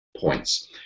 points